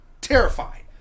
Terrified